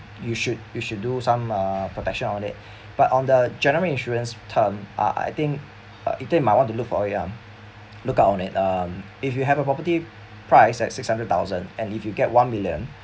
you should you should do some uh protection on it but on the general insurance term ah I think uh might want to look for ah look out on it um if you have a property price at six hundred thousand and if you get one million